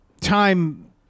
time